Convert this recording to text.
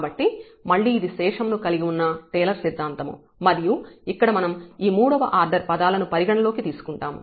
కాబట్టి మళ్లీ ఇది శేషం ను కలిగి ఉన్న టేలర్ సిద్ధాంతం మరియు ఇక్కడ మనం ఈ మూడవ ఆర్డర్ పదాలను పరిగణలోకి తీసుకుంటాము